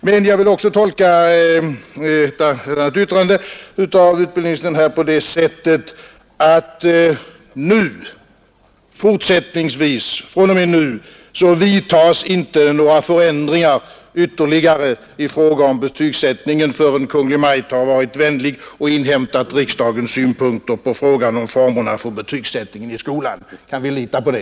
Slutligen vill jag tolka ett annat yttrande av utbildningsministern här på det sättet, att det fr.o.m. nu inte kommer att vidtas några ytterligare förändringar i fråga om betygssättningen, förrän Kungl. Maj:t har varit vänlig att inhämta riksdagens synpunkter på frågan om formerna för betygssättningen i skolan. Kan vi lita på det?